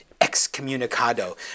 excommunicado